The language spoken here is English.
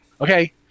Okay